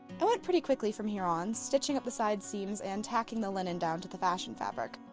i went pretty quickly from here on, stitching up the side seams and tacking the linen down to the fashion fabric.